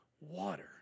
water